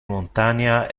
montania